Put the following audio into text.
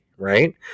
Right